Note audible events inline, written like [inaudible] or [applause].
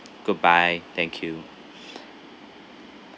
goodbye thank you [breath]